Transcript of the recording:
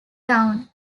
town